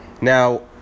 Now